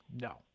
No